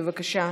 בבקשה,